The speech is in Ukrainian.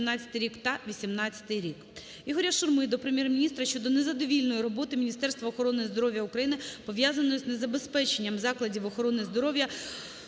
Ігоря Шурми до Прем'єр-міністра щодо незадовільної роботи Міністерства охорони здоров'я України, пов'язаною з незабезпеченням закладів охорони здоров'я